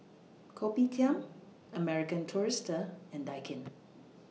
Kopitiam American Tourister and Daikin